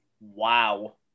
wow